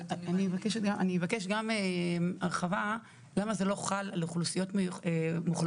אני אבקש גם הרחבה למה זה לא חל על אוכלוסיות מוחלשות.